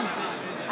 שלא